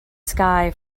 sky